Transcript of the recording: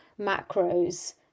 macros